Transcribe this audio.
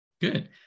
Good